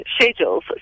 schedules